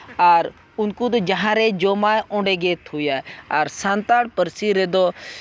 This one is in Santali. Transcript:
ᱟᱨ ᱩᱱᱠᱩ ᱫᱚ ᱡᱟᱦᱟᱸᱨᱮᱭ ᱡᱚᱢᱟ ᱚᱸᱰᱮᱜᱮ ᱛᱷᱩᱭᱟᱭ ᱟᱨ ᱥᱟᱱᱛᱟᱲ ᱯᱟᱹᱨᱥᱤ ᱨᱮᱫᱚ